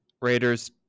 Raiders